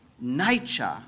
nature